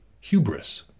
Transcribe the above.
hubris